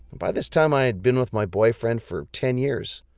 by this time, i had been with my boyfriend for ten years.